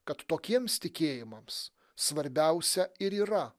kad tokiems tikėjimams svarbiausia ir yra